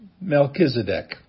Melchizedek